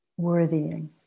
worthying